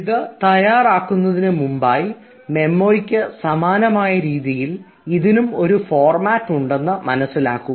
ഇത് തയ്യാറാക്കുന്നതിന് മുമ്പായി മെമ്മോയ്ക്ക് സമാനമായ രീതിയിൽ ഇതിനും ഒരു ഫോർമാറ്റ് ഉണ്ടെന്ന് മനസ്സിലാക്കുക